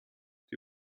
die